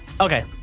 okay